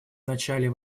начале